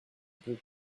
peut